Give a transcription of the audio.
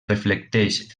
reflecteix